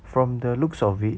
from the looks of it